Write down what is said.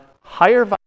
higher